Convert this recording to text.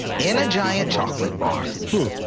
in a giant chocolate but